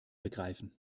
begreifen